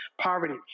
poverty